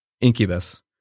incubus